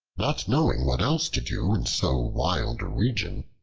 not knowing what else to do in so wild a region,